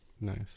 Nice